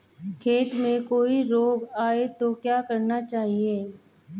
खेत में कोई रोग आये तो क्या करना चाहिए?